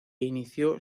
inició